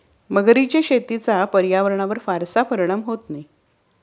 मगरीच्या शेतीचा पर्यावरणावर फारसा परिणाम होत नाही